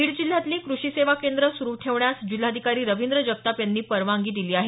बीड जिल्ह्यातली कृषी सेवा केंद्र सुरु ठेवण्यास जिल्हाधिकारी रविंद्र जगताप यांनी परवानगी दिली आहे